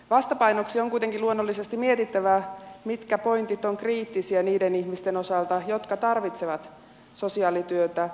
vastapainoksi on kuitenkin luonnollisesti mietittävä mitkä pointit ovat kriittisiä niiden ihmisten osalta jotka tarvitsevat sosiaalityötä